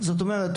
זאת אומרת,